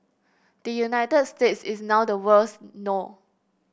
the United States is now the world's no